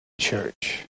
church